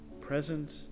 present